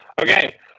Okay